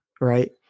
right